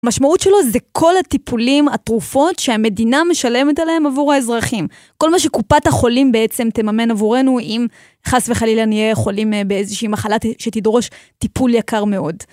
המשמעות שלו זה כל הטיפולים, הטרופות, שהמדינה משלמת עליהם עבור האזרחים. כל מה שקופת החולים בעצם תממן עבורנו, אם חס וחלילה נהייה חולים באיזושהי מחלת שתדרוש טיפול יקר מאוד.